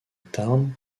tarn